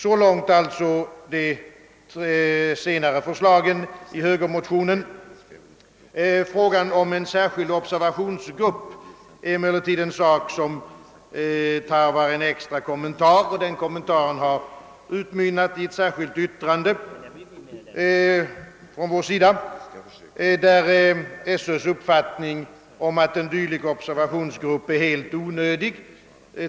Så långt de senare förslagen i högermotionen. Frågan om en särskild observationsgrupp är emellertid en sak som tarvar en extra kommentar, och denna kommentar har utmynnat i ett särskilt yttrande från vår sida, där vi tillbakavisar skolöverstyrelsens uppfattning om att en dylik observationsgrupp är helt onödig.